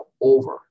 over